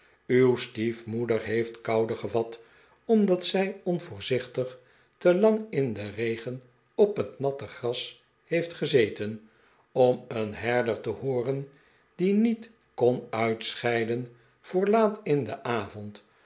uw stiefmoeder heeft koude gevat omdat zij onvoorzichtig te lang in den regen op het natte gras heeft gezeten om een herder te hooren die niet kon uitscheiden voor laat in den avond